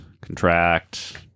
contract